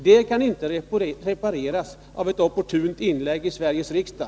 Detta går inte att reparera genom ett opportunt inlägg i Sveriges riksdag.